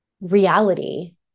reality